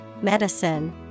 medicine